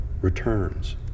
returns